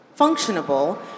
functionable